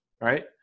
right